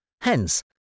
Hence